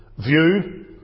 view